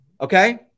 okay